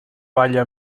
balla